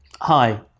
Hi